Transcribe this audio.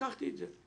לקחתי את זה,